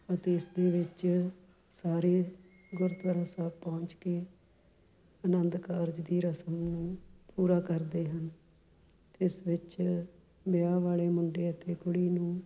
ਅਤੇ ਇਸ ਦੇ ਵਿੱਚ ਸਾਰੇ ਗੁਰਦੁਆਰਾ ਸਾਹਿਬ ਪਹੁੰਚ ਕੇ ਆਨੰਦ ਕਾਰਜ ਦੀ ਰਸਮ ਨੂੰ ਪੂਰਾ ਕਰਦੇ ਹਨ ਅਤੇ ਇਸ ਵਿੱਚ ਵਿਆਹ ਵਾਲੇ ਮੁੰਡੇ ਅਤੇ ਕੁੜੀ ਨੂੰ